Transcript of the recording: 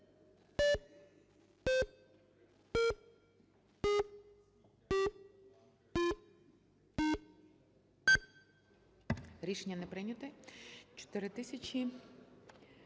Рішення не прийнято.